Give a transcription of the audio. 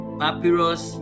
papyrus